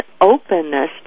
openness